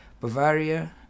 bavaria